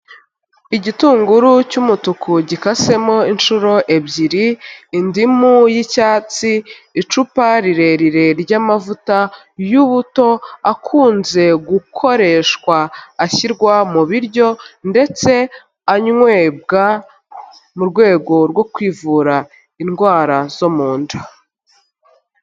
Igitunguru cy'umutuku, gikasemo inshuro ebyiri, indimu y'icyatsi, icupa rirerire ry'amavuta y'ubuto, akunze gukoreshwa ashyirwa mu biryo, ndetse anywebwa, mu rwego rwo kwivura indwara zo mu nda.